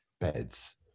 beds